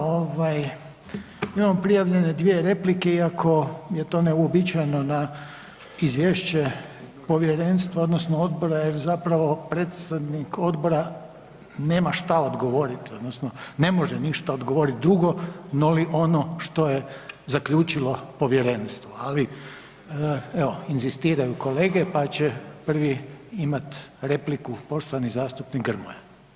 Ovaj, imamo prijavljene dvije replike iako je to neuobičajeno na izvješće Povjerenstva, odnosno odbora jer zapravo predsjednik Odbora nema što odgovoriti, odnosno ne može ništa odgovoriti drugo noli ono što je zaključilo povjerenstvo, ali evo, inzistiraju kolege pa će prvi imati repliku, poštovani zastupnik Grmoja.